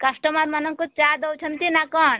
କଷ୍ଟମର୍ମାନଙ୍କୁ ଚା' ଦେଉଛନ୍ତି ନା କ'ଣ